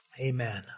amen